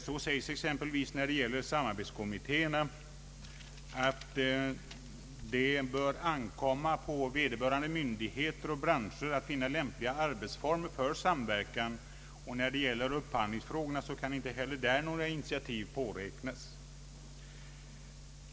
Det sägs exempelvis när det gäller samarbetskommittéerna att det bör ankomma på vederbörande myndigheter och branscher att finna lämpliga arbetsformer för samverkan, och när det gäller upphandlingsfrågorna kan inte heller några initiativ påräknas.